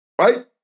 right